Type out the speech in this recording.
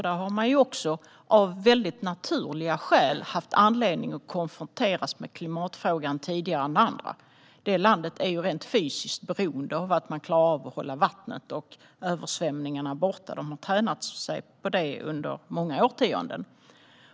Där har man av naturliga skäl haft anledning att konfronteras med klimatfrågan tidigare än andra, för landet är fysiskt beroende av att man klarar att hålla vattnet och översvämningarna borta. De har tränat på det under många årtionden.